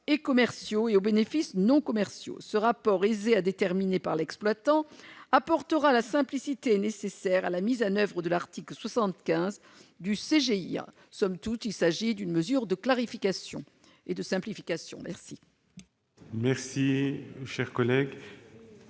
et commerciaux et aux bénéfices non commerciaux. Ce rapport, aisé à déterminer par l'exploitant, apportera la simplicité nécessaire à la mise en oeuvre de l'article 75 du code général des impôts. Il s'agit d'une mesure de clarification et de simplification. La